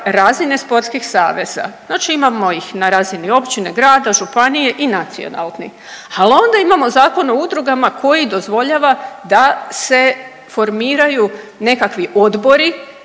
razine sportskih saveza, znači imamo ih na razini općine, grada, županije i nacionalni, al onda imamo Zakon o udrugama koji dozvoljava da se formiraju nekakvi odbori